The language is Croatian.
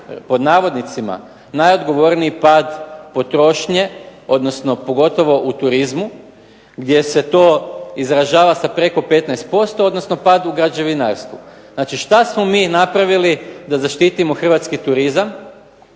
pod navodnicima najodgovorniji pad potrošnje, odnosno pogotovo u turizmu gdje se to izražava sa preko 15%, odnosno pad u građevinarstvu. Znači, što smo mi napravili da zaštitimo hrvatski turizam?